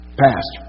past